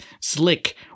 slick